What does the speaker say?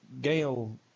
Gail